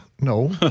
No